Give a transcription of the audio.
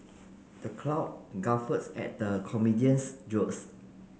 the crowd guffaws at the comedian's jokes